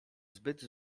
zbyt